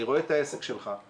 אני רואה את העסק שלך,